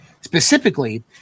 specifically